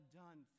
done